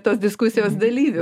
tos diskusijos dalyvių